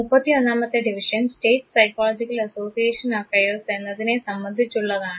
31 മത്തെ division state psychological association affairs എന്നതിനെ സംബന്ധിച്ചുള്ളതാണ്